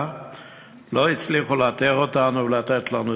לא הצליחו לאתר אותנו ולתת לנו סיוע,